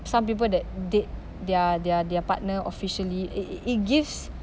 some people that date their their their partner officially it it it gives